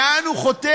לאן הוא חותר?